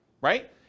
right